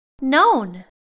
known